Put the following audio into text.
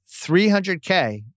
300K